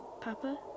Papa